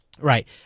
Right